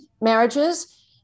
marriages